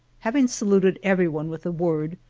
having saluted every one with a word,